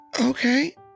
Okay